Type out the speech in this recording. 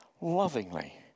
lovingly